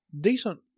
decent